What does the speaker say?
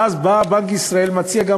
ואז בא בנק ישראל ומציע,